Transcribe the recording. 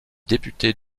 député